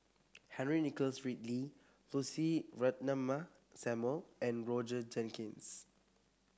Henry Nicholas Ridley Lucy Ratnammah Samuel and Roger Jenkins